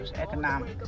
economic